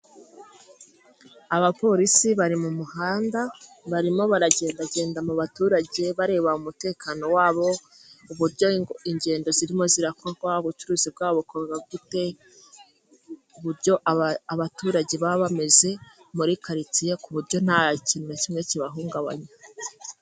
Abapolisi bari mu muhanda, barimo baragendagenda mu baturage, bareba umutekano wabo, uburyo ingendo zirimo zirakorwa, ubucuruzi bwabo bukorwa gute, uburyo abaturage baba bameze muri karitsiye ku buryo nta kintu na kimwe kibahungabanya.